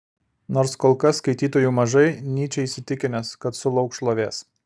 nors kol kas skaitytojų mažai nyčė įsitikinęs kad sulauks šlovės